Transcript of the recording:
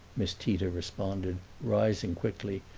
miss tita responded, rising quickly,